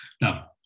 Now